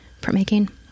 printmaking